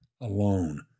alone